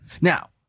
Now